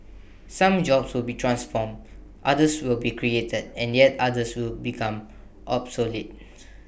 some jobs will be transformed others will be created and yet others will become obsolete